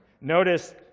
Notice